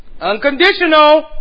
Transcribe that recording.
Unconditional